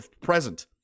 present